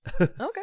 Okay